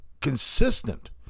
consistent